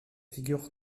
figures